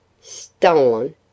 Stolen